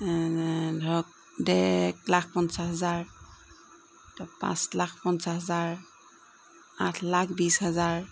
ধৰক এক লাখ পঞ্চাছ হাজাৰ ত' পাঁচ লাখ পঞ্চাছ হাজাৰ আঠ লাখ বিছ হাজাৰ